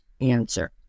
answer